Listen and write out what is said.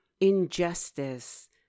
injustice